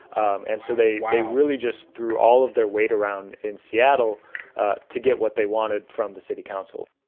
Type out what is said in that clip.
um and so they, they really just threw all of their weight around in seattle to get what they wanted from the city council.